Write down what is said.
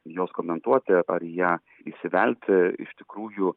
jos komentuoti ar į ją įsivelti iš tikrųjų